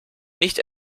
nicht